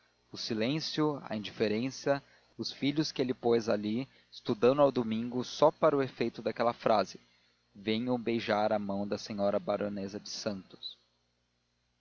o silêncio a indiferença os filhos que ele pôs ali estudando ao domingo só para o efeito daquela frase venham beijar a mão da senhora baronesa de santos